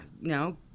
no